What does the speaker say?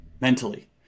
mentally